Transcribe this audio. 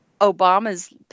Obama's